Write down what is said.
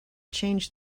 changed